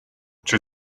czy